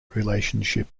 relationship